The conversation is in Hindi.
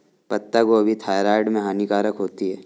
पत्ता गोभी थायराइड में हानिकारक होती है